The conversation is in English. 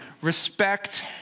Respect